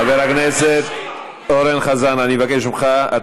זהבה, חבר הכנסת אורן חזן, אני מבקש ממך.